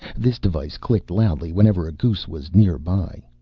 this device clicked loudly whenever a goose was nearby.